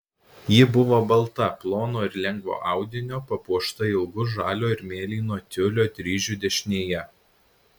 ji buvo balta plono ir lengvo audinio papuošta ilgu žalio ir mėlyno tiulio dryžiu dešinėje